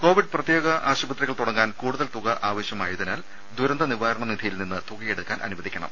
Covid പ്രത്യേക ആശുപത്രികൾ തുടങ്ങാൻ കൂടുതൽ തുക ആവശ്യമായതിനാൽ ദുരന്ത നിവാരണ നിധിയിൽ നിന്ന് തുകയെടുക്കാൻ അനുവദിക്കണം